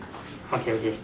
okay okay